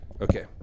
okay